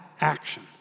action